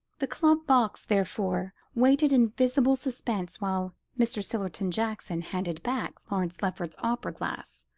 the club box, therefore, waited in visible suspense while mr. sillerton jackson handed back lawrence lefferts's opera-glass.